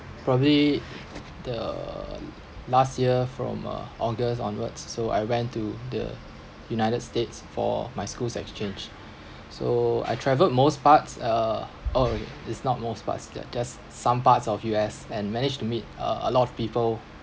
probably the last year from uh august onwards so I went to the united states for my school's exchange so I travelled most parts uh oh is not most parts that just some parts of U_S and manage to meet uh a lot of people